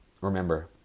remember